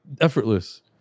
effortless